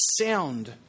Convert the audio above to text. sound